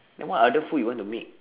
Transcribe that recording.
then what other food you want to make